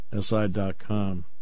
SI.com